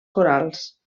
corals